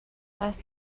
last